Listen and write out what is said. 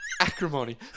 Acrimony